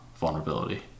vulnerability